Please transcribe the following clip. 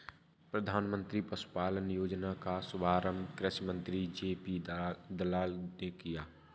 प्रधानमंत्री पशुपालन योजना का शुभारंभ कृषि मंत्री जे.पी दलाल ने किया